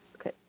Okay